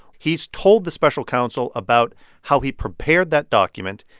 he's told the special counsel about how he prepared that document,